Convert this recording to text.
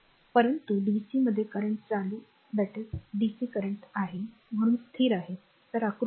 परंतु डीसी मध्ये करंट चालू आहे म्हणून स्थिर आहे तर आकृती 1